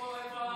איפה,